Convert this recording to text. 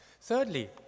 Thirdly